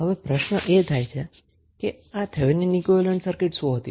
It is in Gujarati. તો હવે પ્રશ્ન એ થાય કે આ થેવેનીન ઈક્વીવેલેન્ટ સર્કીટ શું હતી